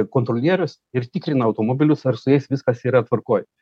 kontrolierius ir tikrina automobilius ar su jais viskas yra tvarkoj